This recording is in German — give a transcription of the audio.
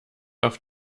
auf